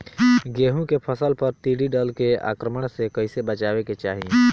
गेहुँ के फसल पर टिड्डी दल के आक्रमण से कईसे बचावे के चाही?